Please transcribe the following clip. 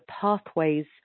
pathways